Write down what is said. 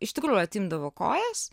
iš tikrųjų atimdavo kojas